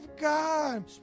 God